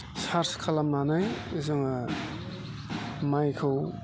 सार्स खालामनानै जोङो माइखौ